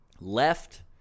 left